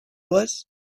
was